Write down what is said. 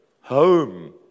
home